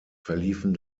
verliefen